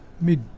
mid